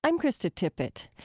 i'm krista tippett.